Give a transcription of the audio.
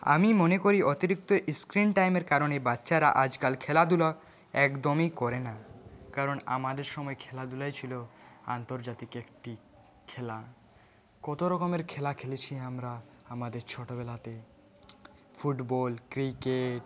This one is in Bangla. আমি মনে করি অতিরিক্ত ইস্ক্রীন টাইমের কারণে বাচ্চারা আজকাল খেলাধুলা একদমই করে না কারণ আমাদের সময় খেলাধুলাই ছিল আন্তর্জাতিক একটি খেলা কত রকমের খেলা খেলেছি আমরা আমাদের ছোটোবেলাতে ফুটবল ক্রিকেট